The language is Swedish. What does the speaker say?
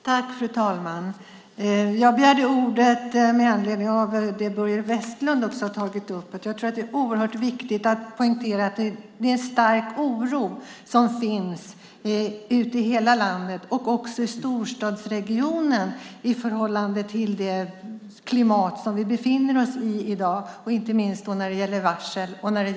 Fru talman! Jag begärde ordet med anledning av det Börje Vestlund också har tagit upp: Det finns en stark oro ute i hela landet och också i storstadsregionerna i förhållande till det klimat vi befinner oss i i dag, inte minst när det gäller varsel och konkurser.